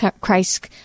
Christ